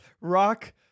Rock